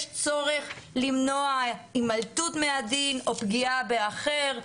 צורך למנוע הימלטות מהדין או פגיעה באחר.